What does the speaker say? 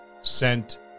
sent